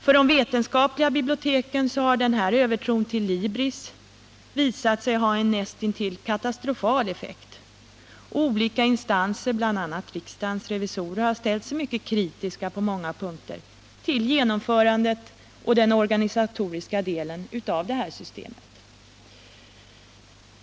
För de vetenskapliga bibilioteken har denna övertro till Libris visat sig ha en näst intill katastrofal effekt, och olika instanser —bl.a. riksdagens revisorer — har ställt sig mycket kritiska på många punkter till genomförandet av den organisatoriska delen av detta system.